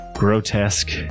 grotesque